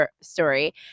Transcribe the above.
Story